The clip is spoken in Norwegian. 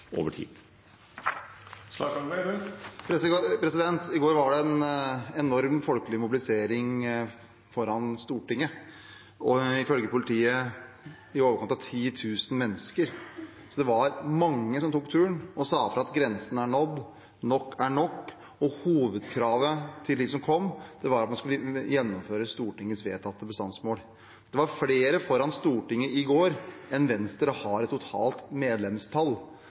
over tid. I går var det en enorm folkelig mobilisering foran Stortinget – ifølge politiet i overkant av 10 000 mennesker. Det var mange som tok turen og sa fra at grensen er nådd, nok er nok. Hovedkravet til dem som kom, var at man skulle gjennomføre Stortingets vedtatte bestandsmål. Det var flere foran Stortinget i går enn Venstre har i totalt medlemstall,